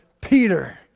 Peter